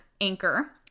Anchor